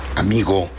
amigo